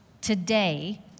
Today